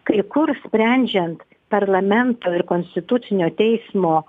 kai kur sprendžiant parlamento ir konstitucinio teismo